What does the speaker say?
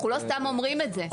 אנחנו לא סתם אומרים את זה.